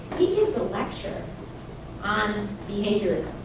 a lecture on behaviors.